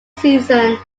season